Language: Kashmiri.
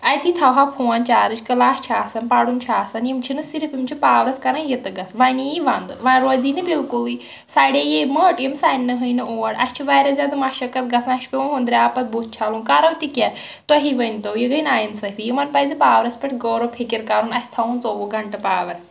اَتی تھاوہَہ فون چارٕج کٕلاس چھِ آسان پَرُن چھُ آسان یِم چھِنہٕ صِرف یِم چھِ پاورَس کران یہِ تہٕ گژھ وۄنۍ یی ونٛدٕ وۄنۍ روزی نہٕ بالکُلٕے سڑے یی یہِ مٔٹ یِم سنٛنہٕ ہٕے نہٕ اور اَسہِ چھِ واریاہ زیادٕ مَشکت گژھان اَسہِ چھُ پٮ۪وان ہُنٛدرِ آب پتہٕ بُتھ چھَلُن کَرو تہِ کیٛاہ تۄہی ؤنۍتو یہِ گٔے نااِصٲفی یِمن پزِ پاورَس پٮ۪ٹھ غور وفِکر کَرُن اَسہِ تھاوُن ژوٚوُہ گھنٛٹہٕ پاور